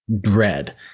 dread